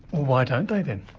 why don't they then?